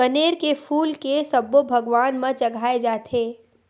कनेर के फूल के सब्बो भगवान म चघाय जाथे